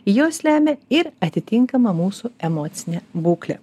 jos lemia ir atitinkamą mūsų emocinę būklę